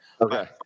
Okay